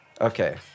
Okay